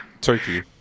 Turkey